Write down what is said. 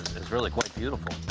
it's really quite beautiful.